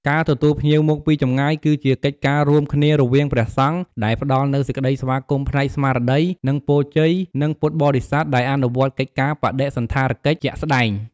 ចិត្តសប្បុរសធម៌ សំដៅដល់ការទទួលភ្ញៀវគឺជាការបង្ហាញនូវមេត្តាធម៌ និងការឲ្យទានតាមរយៈការចែករំលែកនូវអ្វីដែលខ្លួនមានទៅដល់អ្នកដទៃ។